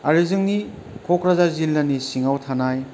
आरो जोंनि क'क्राझार जिल्लानि सिङाव थानाय